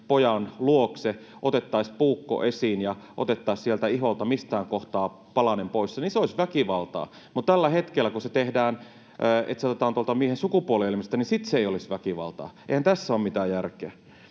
pojan luokse, otettaisiin puukko esiin ja otettaisiin sieltä iholta mistään kohtaa palanen pois, se olisi väkivaltaa, mutta tällä hetkellä, kun se otetaan tuolta miehen sukupuolielimistä, se ei olisi väkivaltaa. Eihän tässä ole mitään järkeä.